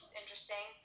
interesting